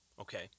Okay